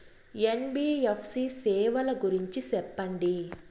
NBFC సేవల గురించి సెప్పండి?